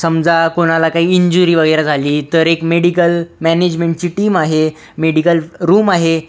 समजा कोणाला काही इंज्युरी वगैरे झाली तर एक मेडिकल मॅनेजमेंटची टीम आहे मेडिकल रूम आहे